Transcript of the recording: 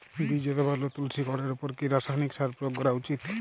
বীজ অথবা নতুন শিকড় এর উপর কি রাসায়ানিক সার প্রয়োগ করা উচিৎ?